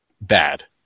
bad